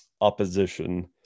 Opposition